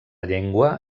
llengua